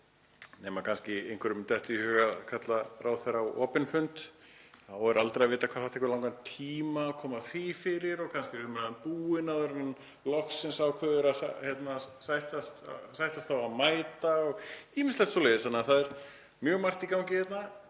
nema kannski einhverjum detti í hug að kalla ráðherra á opinn fund. Þá er aldrei að vita hvað það tekur langan tíma að koma því fyrir og kannski er umræðan búin áður en hann loksins ákveður að sættast á að mæta og ýmislegt svoleiðis. Þannig að það er mjög margt í gangi hérna.